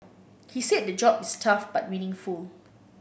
he said the job is tough but meaningful